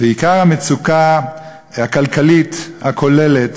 ובעיקר המצוקה הכלכלית הכוללת